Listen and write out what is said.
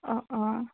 অ অ